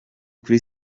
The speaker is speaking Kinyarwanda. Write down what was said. kuri